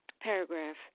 paragraph